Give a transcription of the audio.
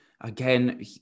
again